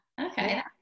Okay